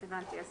הבנתי.